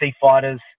fighters